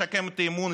לשקם את האמון,